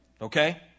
Okay